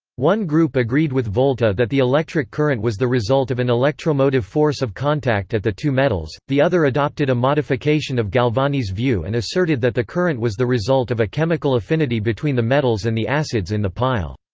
one group agreed with volta that the electric current was the result of an electromotive force of contact at the two metals the other adopted a modification of galvani's view and asserted that the current was the result of a chemical affinity between the metals and the acids in the pile.